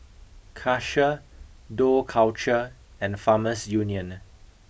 Karcher Dough Culture and Farmers Union